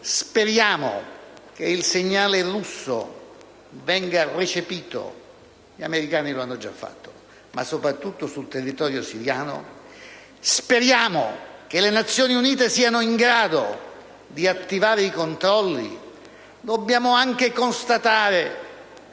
speriamo che il segnale russo venga recepito (gli americani lo hanno già fatto) e - soprattutto - speriamo che sul territorio siriano le Nazioni Unite siano in grado di attivare i controlli, dobbiamo anche constatare